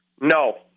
no